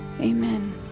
Amen